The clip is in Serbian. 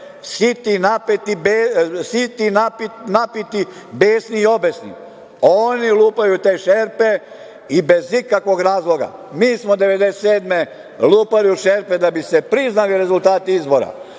siti, napiti, besni i obesni, oni lupaju u te šerpe i bez ikakvog razloga. Mi smo 1997. godine lupali u šerpe da bi se priznali rezultati izbora,